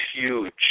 huge